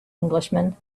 englishman